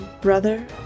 brother